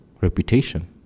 reputation